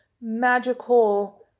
magical